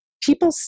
People